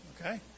Okay